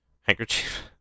Handkerchief